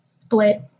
split